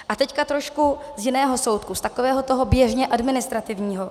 A teď trošku z jiného soudku, z takového toho běžně administrativního.